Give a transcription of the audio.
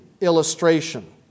illustration